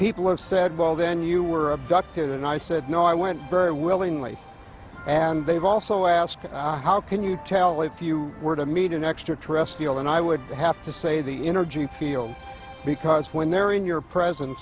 people have said well then you were abducted and i said no i went very willingly and they've also asked how can you tell if you were to meet an extraterrestrial and i would have to say the energy field big because when they're in your presence